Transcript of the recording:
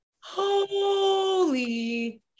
Holy